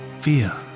fear